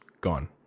gone